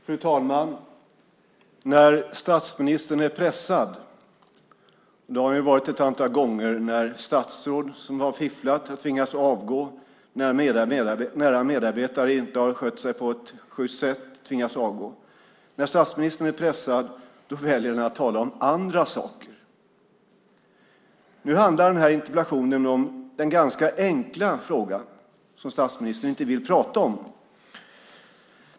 Fru talman! När statsministern är pressad - och det har han varit ett antal gånger när statsråd som har fifflat har tvingats avgå och när nära medarbetare inte har skött sig på ett sjyst sätt och tvingas avgå - väljer han att tala om andra saker. Nu handlar interpellationen om den ganska enkla fråga som statsministern inte vill prata om.